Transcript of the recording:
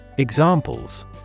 Examples